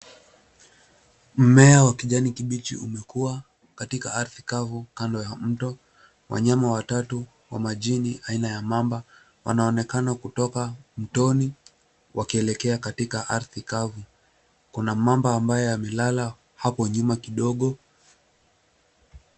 Mmea wa kijani kibichi umekuwa katika ardhi kavu kando ya mto. Wanyama watatu wa majini aina ya mamba wanaonekana kutoka mtoni wakielekea katika ardhi kavu, kuna mamba ambaye amelala hapo nyuma kidogo.